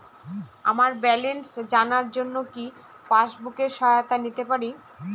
আমার ব্যালেন্স জানার জন্য কি পাসবুকের সহায়তা নিতে পারি?